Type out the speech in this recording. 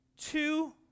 two